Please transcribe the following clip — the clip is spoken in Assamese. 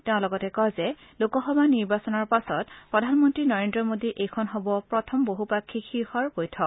তেওঁ লগতে কয় যে লোকসভা নিৰ্বাচনৰ পাছত প্ৰধানমন্ত্ৰী নৰেন্দ্ৰ মোদীৰ এইখন হব প্ৰথম বহুপাক্ষিক শীৰ্ষৰ বৈঠক